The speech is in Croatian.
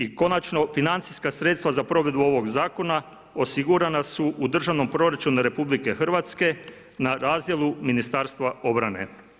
I konačno, financijska sredstva za provedbu ovoga zakona osigurana su u Državnom proračunu RH na razdjelu Ministarstva obrane.